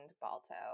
Balto